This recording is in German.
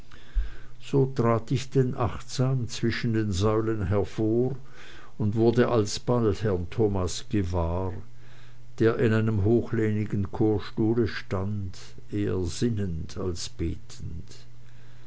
so trat ich denn achtsam zwischen den säulen hervor und wurde alsbald herrn thomas gewahr der in einem hochlehnigen chorstuhle stand eher sinnend als betend